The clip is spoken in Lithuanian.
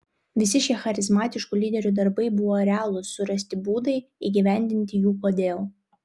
visi šie charizmatiškų lyderių darbai buvo realūs surasti būdai įgyvendinti jų kodėl